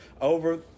over